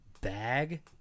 bag